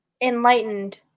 enlightened